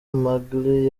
magaly